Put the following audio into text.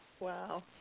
Wow